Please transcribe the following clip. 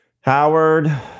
Howard